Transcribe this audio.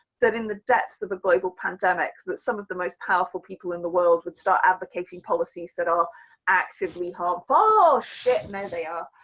that in the depths of a global pandemic, that some of the most powerful people in the world would start advocating policies that are actively harmful. oh shit, no they are.